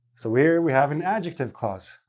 so, here, we have an adjective clause.